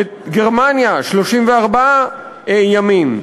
בגרמניה, 34 ימים.